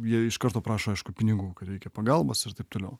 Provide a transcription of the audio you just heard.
jie iš karto prašo aišku pinigų kad reikia pagalbos ir taip toliau